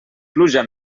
pluja